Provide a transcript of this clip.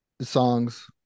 songs